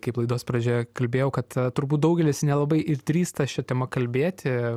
kaip laidos pradžioje kalbėjau kad turbūt daugelis nelabai ir drįsta šia tema kalbėti